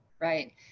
right